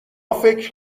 فکر